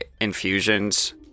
infusions